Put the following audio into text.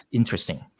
interesting